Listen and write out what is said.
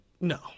No